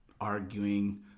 arguing